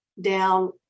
down